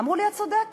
אמרו לי: את צודקת,